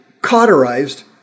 cauterized